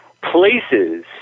places